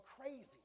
crazy